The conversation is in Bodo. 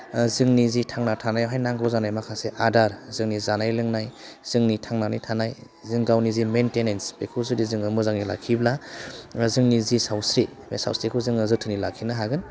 जोंनि जि थांना थानायावहाय नांगौ जानाय माखासे आदार जोंनि जानाय लोंनाय जोंनि थांनानै थानाय जों गावनि जि मैन्टेनेन्स बेखौ जुदि जोङो मोजाङै लाखियोब्ला जोंनि जि सावस्रि बे सावस्रिखौ जोङो जोथोनै लाखिनो हागोन